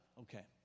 Okay